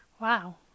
wow